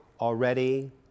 already